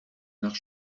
nach